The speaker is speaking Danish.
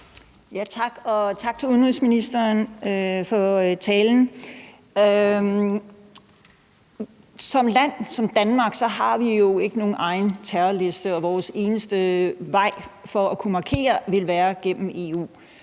tak til udenrigsministeren for talen. Danmark har jo som land ikke nogen egen terrorliste, og vores eneste vej til at kunne markere det ville være igennem EU.